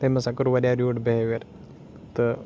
تٔمۍ ہَسا کوٚر واریاہ رِیوٗڈ بِہیوِیَر تہٕ